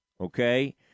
okay